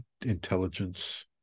intelligence